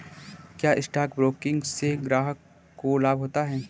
क्या stock broking से ग्राहक को लाभ होता है?